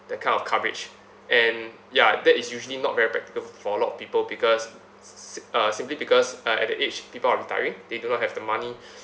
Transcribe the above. that kind of coverage and ya that is usually not very practical for a lot of people because s~ uh simply because uh at the age people are retiring they do not have the money